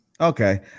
Okay